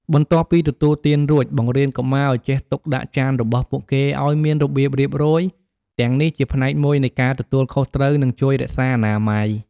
បន្ទាប់ពីទទួលទានរួច បង្រៀនកុមារឲ្យចេះទុកដាក់ចានរបស់ពួកគេឲ្យមានរបៀបរៀបរយ ទាំងនេះជាផ្នែកមួយនៃការទទួលខុសត្រូវ និងជួយរក្សាអនាម័យ។